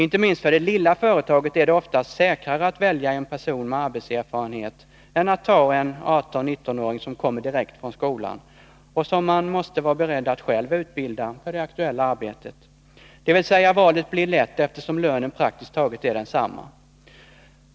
Inte minst för det lilla företaget är det oftast säkrare att välja en person med arbetslivserfarenhet än att ta en 18-19-åring, som kommer direkt från skolan och som man måste vara beredd att själv utbilda för det aktuella arbetet. Valet blir med andra ord lätt, eftersom lönen praktiskt taget är densamma.